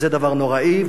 זה דבר נוראי.